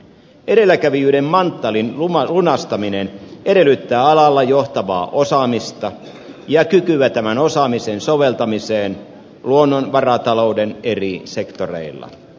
edelläkävijyyden manttelin lunastaminen edellyttää alalla johtavaa osaamista ja kykyä tämän osaamisen soveltamiseen luonnonvaratalouden eri sektoreilla